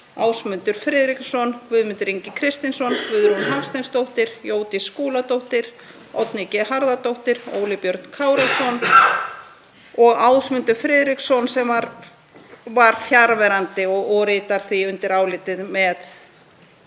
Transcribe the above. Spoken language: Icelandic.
Bjarni Garðarsson, Guðmundur Ingi Kristinsson, Guðrún Hafsteinsdóttir, Jódís Skúladóttir, Oddný G. Harðardóttir, Óli Björn Kárason og Ásmundur Friðriksson, sem var fjarverandi og ritar undir álitið